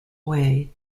wei